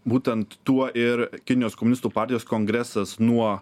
būtent tuo ir kinijos komunistų partijos kongresas nuo